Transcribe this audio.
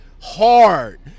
hard